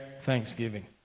thanksgiving